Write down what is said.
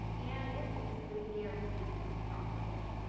and is basically guaranteed to be profitable.